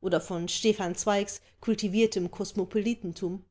oder von stefan zweigs kultiviertem kosmopolitentum